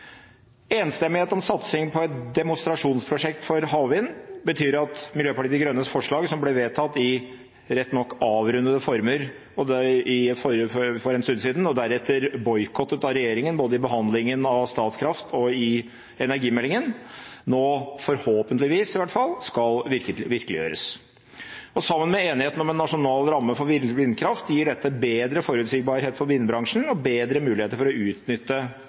Enstemmighet om satsing på et demonstrasjonsprosjekt for havvind betyr at Miljøpartiet De Grønnes forslag som ble vedtatt – riktignok i avrundede former – for en stund siden, og deretter boikottet av regjeringen både i behandlingen av Statkraft og i energimeldingen, nå i hvert fall forhåpentligvis skal virkeliggjøres. Sammen med enigheten om en nasjonal ramme for vindkraft gir dette bedre forutsigbarhet for vindbransjen og bedre muligheter for å utnytte